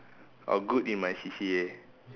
oh good in my C_C_A